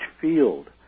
field